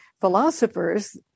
philosophers